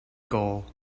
goal